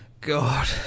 God